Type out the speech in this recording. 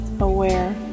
aware